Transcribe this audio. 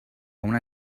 una